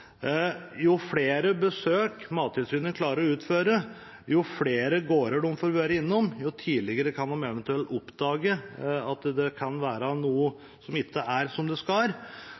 Jo flere besøk Mattilsynet klarer å utføre, og jo flere gårder de får vært innom, jo tidligere kan de eventuelt oppdage at noe ikke er som det skal.